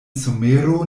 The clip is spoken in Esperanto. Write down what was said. somero